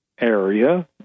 area